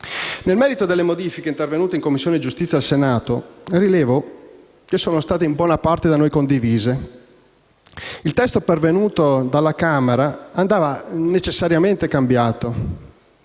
Nel merito delle modifiche intervenute in Commissione giustizia al Senato, rilevo che sono state in buona parte da noi condivise. Il testo pervenuto dalla Camera andava necessariamente cambiato.